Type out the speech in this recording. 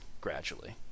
gradually